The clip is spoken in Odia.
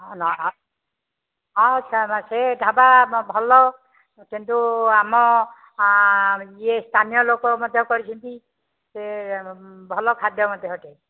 ହଁ ନା ହଁ ହଁ ସମସ୍ତେ ସେ ଢାବା ଭଲ କିନ୍ତୁ ଆମ ଇଏ ସ୍ଥାନୀୟ ଲୋକ ମଧ୍ୟ କରିଛନ୍ତି ସେ ଭଲ ଖାଦ୍ୟ ମଧ୍ୟ ସେଠି